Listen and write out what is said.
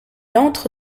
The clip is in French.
entre